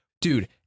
Dude